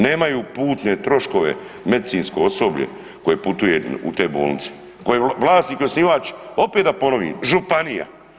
Nemaju putne troškove medicinsko osoblje koje putuje u te bolnice, koje je vlasnik i osnivač, opet da ponovim, županija.